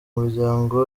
muryango